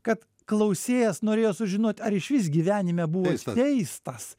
kad klausėjas norėjo sužinot ar išvis gyvenime buvo teistas